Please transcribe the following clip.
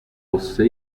غصه